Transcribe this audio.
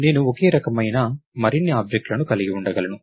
నేను ఒకే రకమైన మరిన్ని ఆబ్జెక్ట్ లను కలిగి ఉండగలను